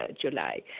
July